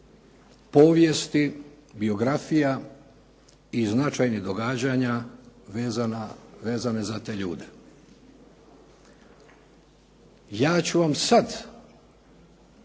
povijesti, biografija i značajnih događanja vezano za te ljude. Ja ću vam sada